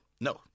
No